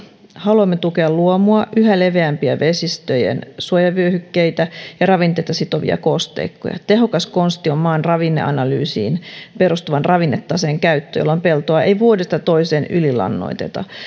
haluamme tukea luomua yhä leveämpiä vesistöjen suojavyöhykkeitä ja ravinteita sitovia kosteikkoja tehokas konsti on maan ravinneanalyysiin perustuvan ravinnetaseen käyttö jolloin peltoa ei vuodesta toiseen ylilannoiteta